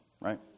right